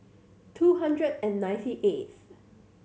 two hundred and ninety eighth